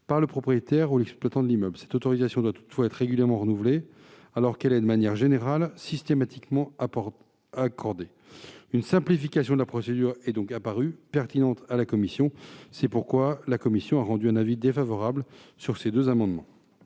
par le propriétaire ou l'exploitant de l'immeuble. Cette autorisation doit toutefois être régulièrement renouvelée, alors qu'elle est, de manière générale, systématiquement accordée. Une simplification de la procédure est donc apparue pertinente à la commission. C'est pourquoi son avis est défavorable sur ces deux amendements.